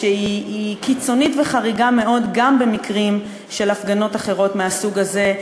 והיא קיצונית וחריגה מאוד גם במקרים של הפגנות אחרות מהסוג הזה,